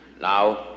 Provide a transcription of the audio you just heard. Now